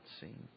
seen